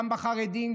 גם בחרדים,